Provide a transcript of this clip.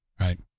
Right